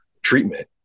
treatment